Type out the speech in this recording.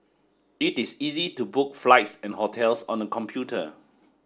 it is easy to book flights and hotels on the computer